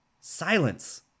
Silence